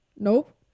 Nope